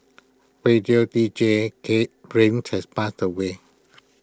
radio deejay Kate Reyes had passed away